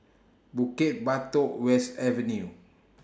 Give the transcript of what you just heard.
Bukit Batok West Avenue